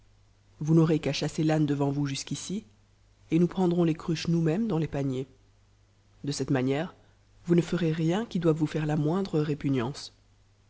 vous n'aurez qu'à chasser l'âne devant vous jusqu'ici nous prendrons les cruches nous-mêmes dans les paniers de cette n nière vous ne ferez rien qui doive vous faire la moindre répugnance